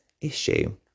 issue